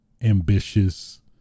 Ambitious